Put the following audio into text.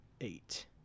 eight